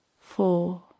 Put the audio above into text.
Four